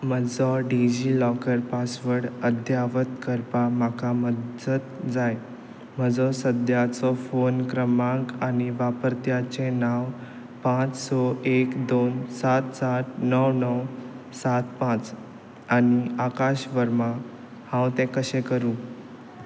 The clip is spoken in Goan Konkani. म्हजो डिजी लॉकर पासवर्ड अद्यावत करपाक म्हाका मदत जाय म्हजो सद्याचो फोन क्रमांक आनी वापरप्याचें नांव पांच स एक दोन सात सात णव णव सात पांच आनी आकाश वर्मा हांव तें कशें करूं